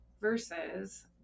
versus